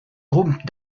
groupe